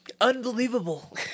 unbelievable